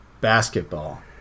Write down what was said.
basketball